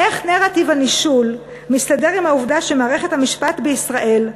איך נרטיב הנישול מסתדר עם העובדה שמערכת המשפט בישראל,